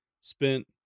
spent